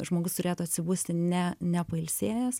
žmogus turėtų atsibusti ne nepailsėjęs